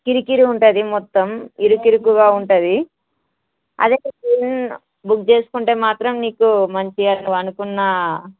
కిరికిరి ఉంటుంది మొత్తం ఇరుకిరుకుగా ఉంటది అదే ట్రైన్ బుక్ చేసుకుంటే మాత్రం నీకు మంచిగా నువ్వు అనుకున్న